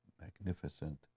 magnificent